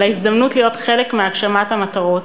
על ההזדמנות להיות חלק מהגשמת המטרות,